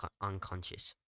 unconscious